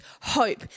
hope